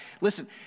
Listen